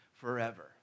forever